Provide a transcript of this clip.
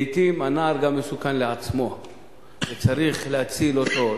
לעתים הנער גם מסוכן לעצמו וצריך להציל אותו,